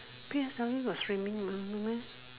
P_S_L_E got streaming mah no meh